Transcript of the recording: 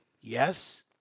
Yes